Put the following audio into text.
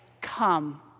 come